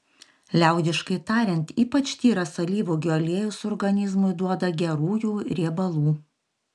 liaudiškai tariant ypač tyras alyvuogių aliejus organizmui duoda gerųjų riebalų